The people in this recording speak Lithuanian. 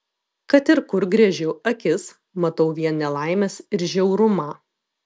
kad ir kur gręžiu akis matau vien nelaimes ir žiaurumą